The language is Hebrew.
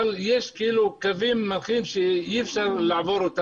אבל בין הכוונה והמטרה הטובה,